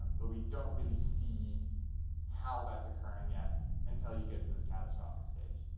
but we don't really see how that's occurring yet until you get to this catastrophic stage.